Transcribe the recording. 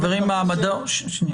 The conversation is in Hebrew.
חברים, בואו, נקשיב לך.